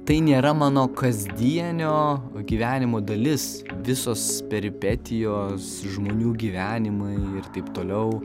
tai nėra mano kasdienio gyvenimo dalis visos peripetijos žmonių gyvenimai ir taip toliau